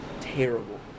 terrible